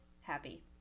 happy